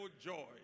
joy